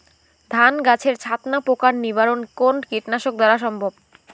ধান গাছের ছাতনা পোকার নিবারণ কোন কীটনাশক দ্বারা সম্ভব?